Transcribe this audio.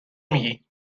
میگیی